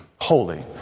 Holy